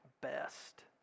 best